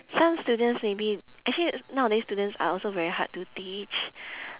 some students maybe actually nowadays students are also very hard to teach